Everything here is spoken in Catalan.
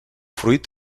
fruit